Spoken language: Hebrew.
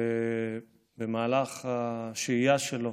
ובמהלך השהייה שלו